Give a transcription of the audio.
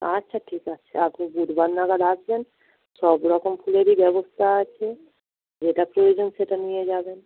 আচ্ছা ঠিক আছে আপনি বুধবার নাগাদ আসবেন সব রকম ফুলেরই ব্যবস্থা আছে যেটা প্রয়োজন সেটা নিয়ে যাবেন